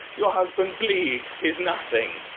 your husband bleeds, tis nothing.